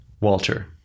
Walter